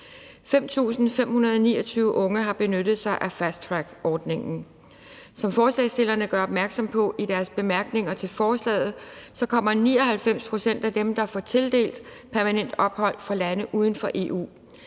5.529 unge har benyttet sig af fasttrackordningen. Som forslagsstillerne gør opmærksom på i deres bemærkninger til forslaget, kommer 99 pct. af dem, der får tildelt permanent ophold, fra lande uden for EU.